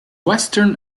western